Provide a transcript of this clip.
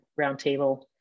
roundtable